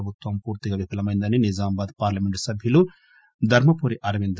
ప్రభుత్వం పూర్తిగా విఫలమైందని నిజామాబాద్ పార్లమెంటు సభ్యులు ధర్మపురి అర్వింద్